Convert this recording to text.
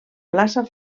plaça